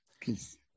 Please